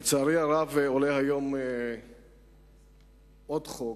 לצערי הרב, עולה היום עוד חוק